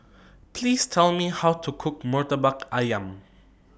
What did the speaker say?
Please Tell Me How to Cook Murtabak Ayam